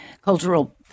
cultural